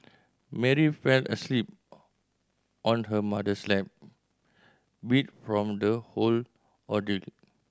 Mary fell asleep on her mother's lap beat from the whole ordeal